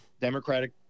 Democratic